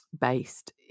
based